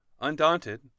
Undaunted